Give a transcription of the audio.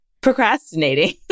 procrastinating